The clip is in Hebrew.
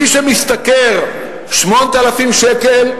מי שמשתכר 8,000 שקל,